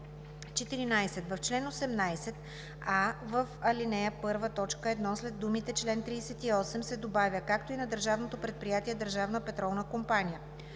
В чл. 18: а) в ал. 1, т. 1 след думите „чл. 38“ се добавя „както и на Държавното предприятие „Държавна петролна компания“;